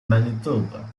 manitoba